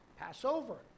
Passover